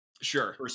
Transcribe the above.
Sure